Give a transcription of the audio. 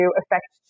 affect